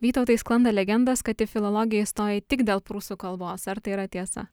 vytautai sklando legendos kad į filologiją įstojai tik dėl prūsų kalbos ar tai yra tiesa